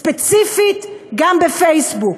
ספציפית, גם פייסבוק,